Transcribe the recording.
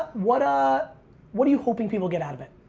what ah what are you hoping people get out of it?